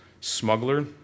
Smuggler